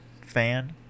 fan